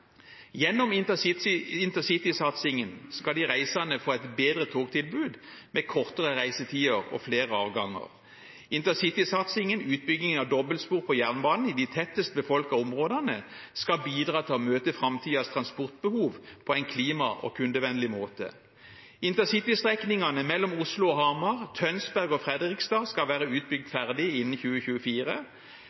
Gjennom intercitysatsingen skal de reisende få et bedre togtilbud med kortere reisetider og flere avganger. Intercitysatsingen og utbygging av dobbeltspor på jernbanen i de tettest befolkede områdene skal bidra til å møte framtidens transportbehov på en klimavennlig og kundevennlig måte. Intercitystrekningene mellom Oslo og Hamar og Tønsberg og Fredrikstad skal være ferdig utbygd innen 2024.